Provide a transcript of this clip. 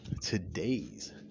today's